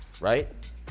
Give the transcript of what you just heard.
right